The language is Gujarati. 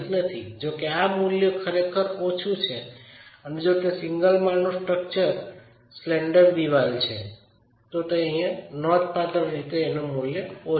જોકે આ મૂલ્ય ખરેખર ઓછું છે અને જો તે સિંગલ માળનું સ્ટ્રક્ચર સ્લેન્ટર દીવાલ છે તો અહી નોંધપાત્ર રીતે ઓછું મૂલ્ય હશે